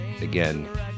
again